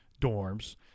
dorms